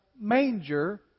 manger